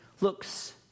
looks